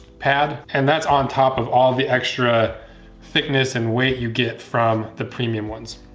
pad and that's on top of all the extra thickness and weight you get from the premium ones.